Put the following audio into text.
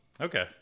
Okay